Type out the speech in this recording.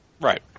Right